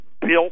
built